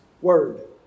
word